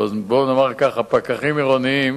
פקחים עירוניים